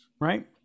right